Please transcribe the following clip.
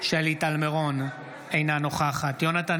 שלי טל מירון, אינה נוכחת יונתן